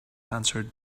answered